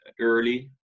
early